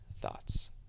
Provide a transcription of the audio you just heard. thoughts